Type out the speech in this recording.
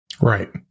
Right